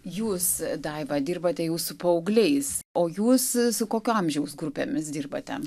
jūs daiva dirbate jau su paaugliais o jūs su kokio amžiaus grupėmis dirbate